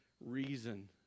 reason